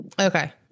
Okay